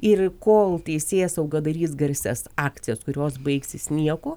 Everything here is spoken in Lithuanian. ir kol teisėsauga darys garsias akcijas kurios baigsis niekuo